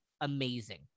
amazing